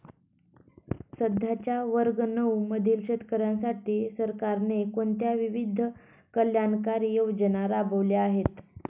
सध्याच्या वर्ग नऊ मधील शेतकऱ्यांसाठी सरकारने कोणत्या विविध कल्याणकारी योजना राबवल्या आहेत?